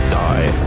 die